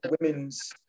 women's